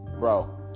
bro